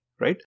right